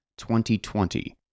2020